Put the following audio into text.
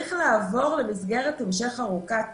צריך לעבור למסגרת המשך ארוכת טווח.